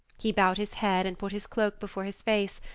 he bowed his head and put his cloak before his face,